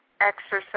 exercise